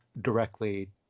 directly